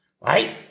right